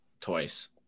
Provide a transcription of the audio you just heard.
twice